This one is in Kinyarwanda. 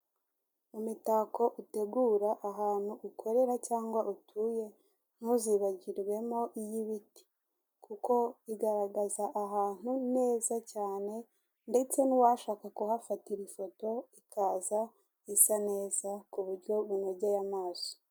Imitako utegura ahantu ukorera cyangwa utuye ntuzigere wibagirwamo iy'ibiti kuko igaragaza ahantu neza cyane ndetse n'uwashaka kuhafatira ifoto ikaza isa neza ku buryo bunogeye amaso.